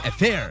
Affair